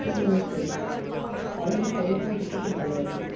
উপভোগ করি তাই আমরা সবাই ওখানে যেতে খুব ভালোবাসি